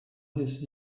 his